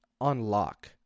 unlock